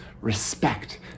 respect